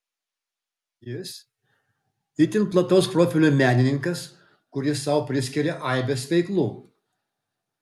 jis itin plataus profilio menininkas kuris sau priskiria aibes veiklų